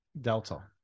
Delta